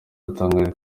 yatangaje